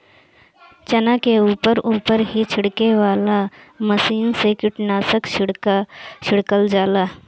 चना के ऊपर ऊपर ही छिड़के वाला मशीन से कीटनाशक छिड़कल जाला